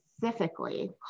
Specifically